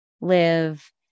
live